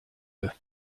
eux